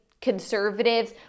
conservatives